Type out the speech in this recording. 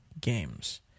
games